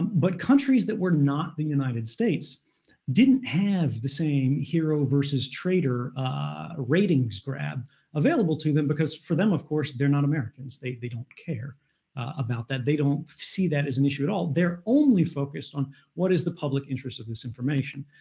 but countries that were not the united states didn't have the same hero vs. traitor ratings grab available to them because for them, of course, they're not americans. they they don't care about that. they don't see that and issue at all. they're only focused on what is the public interest of this information.